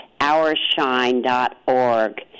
ourshine.org